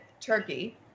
turkey